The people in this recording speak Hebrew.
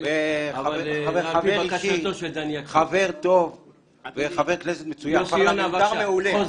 חבר אישי טוב וחבר כנסת מצוין ופרלמנטר מעולה...